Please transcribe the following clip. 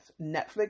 netflix